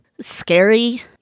scary